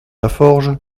laforge